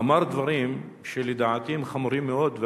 אמר דברים שלדעתי הם חמורים מאוד,